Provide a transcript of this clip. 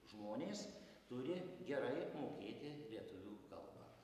žmonės turi gerai mokėti lietuvių kalbą